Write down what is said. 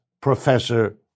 Professor